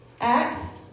Acts